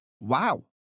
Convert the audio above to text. Wow